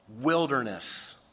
wilderness